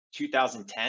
2010